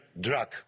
drug